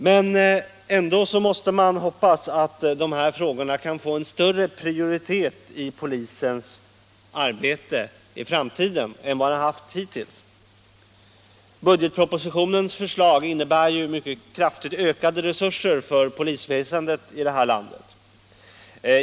Men man måste ändå hoppas att dessa frågor kan få en högre prioritet i polisens arbete i framtiden än de haft hittills. Budgetpropositionens förslag innebär mycket kraftigt ökade resurser för polisväsendet här i landet.